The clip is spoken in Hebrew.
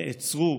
נעצרו,